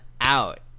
out